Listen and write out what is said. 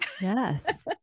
Yes